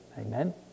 Amen